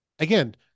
Again